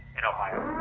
in ohio.